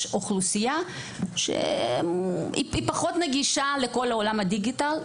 אוכלוסייה שהיא פחות נגישה לכל עולם הדיגיטל,